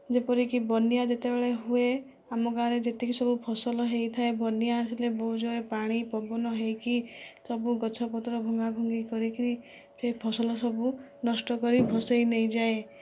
ଯେପରିକି ବନ୍ୟା ଯେତେବେଳେ ହୁଏ ଆମ ଗାଁରେ ଯେତିକି ସବୁ ଫସଲ ହୋଇଥାଏ ବନ୍ୟା ହେଲେ ବହୁତ ଯାଗାରେ ପାଣି ପବନ ହୋଇକି ସବୁ ଗଛପତ୍ର ଭଙ୍ଗାଭଙ୍ଗି କରିକି ସେ ଫସଲ ସବୁ ନଷ୍ଟ କରି ଭସାଇ ନେଇଯାଏ